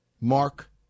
Mark